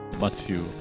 Matthew